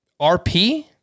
RP